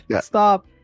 stop